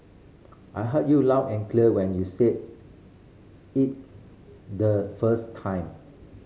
I heard you loud and clear when you said it the first time